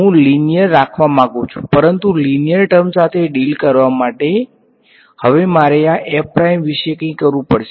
હું લીનિયર રાખવા માંગુ છું પરંતુ લીનિયર ટર્મ સાથે ડિલ કરવા માટે હવે મારે આ વિશે કંઈક કરવું પડશે